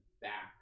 back